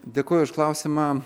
dėkoju už klausimą